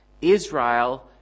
israel